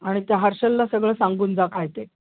आणि त्या हार्शलला सगळं सांगून जा काय ते